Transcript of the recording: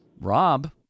Rob